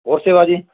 ਹੋਰ ਸੇਵਾ ਜੀ